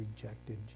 rejected